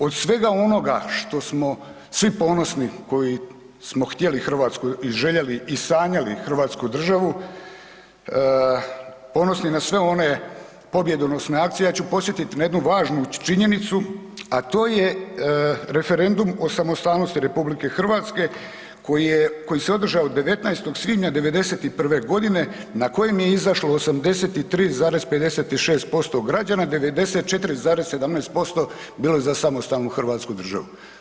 Od svega onoga što smo svi ponosni koji smo htjeli Hrvatsku i željeli i sanjali Hrvatsku državu, ponosni na sve one pobjedonosne akcije, ja ću podsjetit na jednu važnu činjenicu, a to je referendum o samostalnosti RH koji se održao 19. svibnja 1991. godine na kojem je izašlo 83,56% građana, 94,17% bilo je za samostalnu Hrvatsku državu.